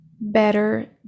better